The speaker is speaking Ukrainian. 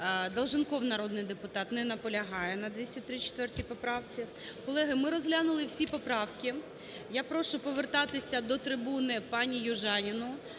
Долженков, народний депутат, не наполягає на 234 поправці. Колеги, ми розглянули всі поправки. Я прошу повертатися до трибуни паніЮжаніну.